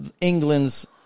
England's